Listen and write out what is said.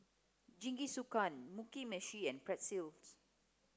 Jingisukan Mugi Meshi and Pretzel